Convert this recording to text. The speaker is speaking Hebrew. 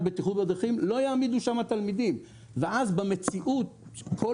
בטיחות בדרכים לא יעמידו שם תלמידים ואז במציאות כל